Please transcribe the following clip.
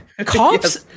Cops